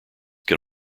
can